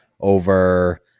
Over